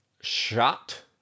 shot